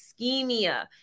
ischemia